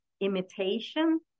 imitation